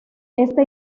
esta